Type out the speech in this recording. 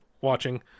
watching